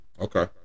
Okay